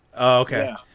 Okay